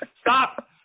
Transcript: stop